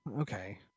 Okay